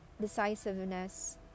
decisiveness